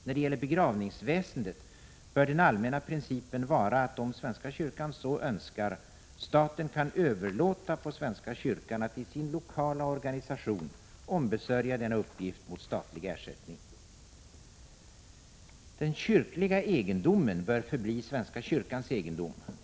När det gäller begravningsväsendet bör den allmänna principen vara att — om svenska kyrkan så önskar — staten kan överlåta på svenska kyrkan att i sin lokala organisation ombesörja denna uppgift mot statlig ersättning. Den kyrkliga egendomen bör förbli svenska kyrkans egendom.